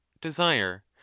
desire